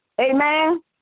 Amen